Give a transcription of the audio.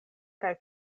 kaj